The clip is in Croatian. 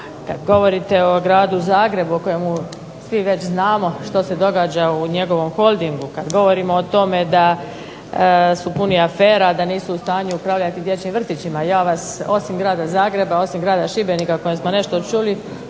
kada govorite o gradu Zagrebu o kojemu svi već znamo što se događa u njegovom Holdingu, kada govorimo o tome da su puni afera i da nisu u stanju upravljati dječjim vrtićima, ja vas osim grada Zagreba, osim grada Šibenika o kojem smo nešto čuli